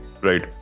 Right